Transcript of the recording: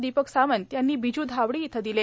दिपक सावंत यांनी बिजूधावडी इथं दिले